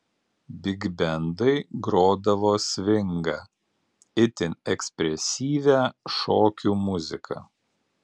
bigbendai grodavo svingą itin ekspresyvią šokių muziką